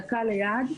דקה ליד,